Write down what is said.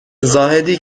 زاهدی